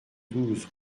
douze